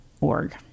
org